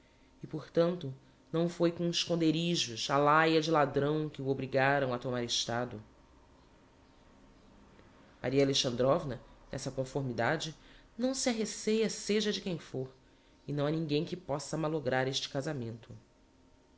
e por tanto não foi com esconderijos á laia de ladrão que o obrigaram a tomar estado maria alexandrovna n'essa conformidade não se arreceia seja de quem fôr e não ha ninguem que possa malograr este casamento